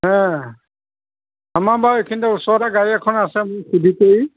আমাৰ বাৰু এইখিনিতে ওচৰতে গাড়ী এখন আছে মই সুধি কৰি